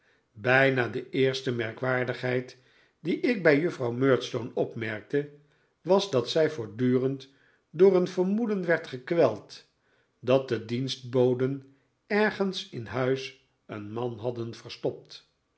bijna de eerste merkwaardigheid die ik bij juffrouw murdstone opmerkte was dat zij voortdurend door een vermoeden werd gekweld dat de dienstboden ergens in huis een man hadden verstopt